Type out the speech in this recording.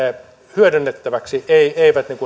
hyödynnettäväksi eivät eivät